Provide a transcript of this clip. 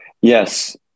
Yes